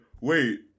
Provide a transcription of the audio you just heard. wait